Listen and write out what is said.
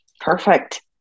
Perfect